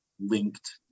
linked